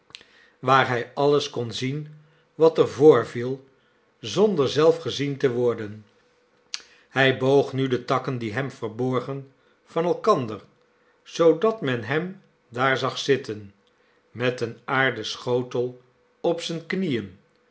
waar hij alles konzien wat er voorviel zonder zelf gezien te worden hij boog nu de takken die hem verborgen van elkander zoodat men hem daar zag zitten met een aarden schotel op zijne knieen